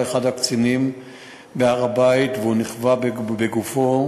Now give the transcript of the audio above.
אחד הקצינים בהר-הבית והוא נכווה בגופו,